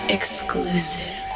Exclusive